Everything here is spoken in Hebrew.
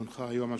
אין נמנעים.